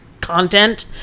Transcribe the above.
content